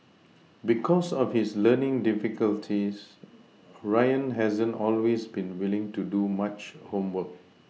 because of his learning difficulties Ryan hasn't always been willing to do much homework